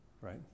right